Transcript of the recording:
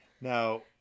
now